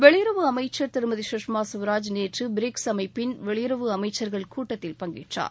வெளியுறவு அமைச்சர் திருமதி கஷ்மா கவராஜ் நேற்று பிரிக்ஸ் அமைப்பின் வெளியுறவு அமைச்சர்கள் கூட்டத்தில் பங்கேற்றார்